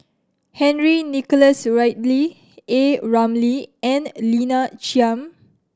Henry Nicholas Ridley A Ramli and Lina Chiam